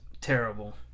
terrible